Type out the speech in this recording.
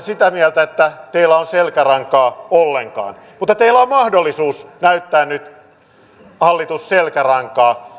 sitä mieltä että teillä on selkärankaa ollenkaan teillä hallitus on mahdollisuus näyttää nyt selkärankaa